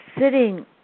sitting